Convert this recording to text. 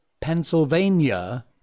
Pennsylvania